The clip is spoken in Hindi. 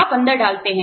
आप अंदर डालते हैं